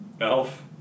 Elf